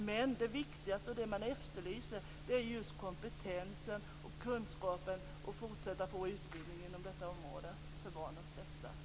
Men det viktigaste och det man efterlyser är just kompetensen och kunskapen, att fortsätta att få utbildning inom detta område för barnens bästa.